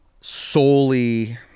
solely